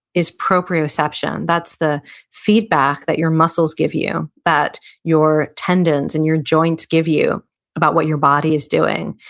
is proprioception. that's the feedback that your muscles give you, that your tendons and your joints give you about what your body is doing.